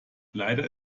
leider